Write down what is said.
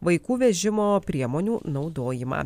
vaikų vežimo priemonių naudojimą